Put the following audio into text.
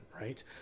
right